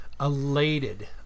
elated